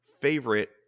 favorite